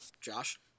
Josh